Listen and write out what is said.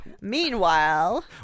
meanwhile